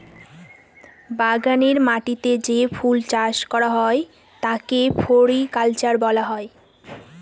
বাগানের মাটিতে যে ফুল চাষ করা হয় তাকে ফ্লোরিকালচার বলে